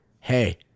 Hey